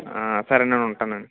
సరే నేను ఉంటానండి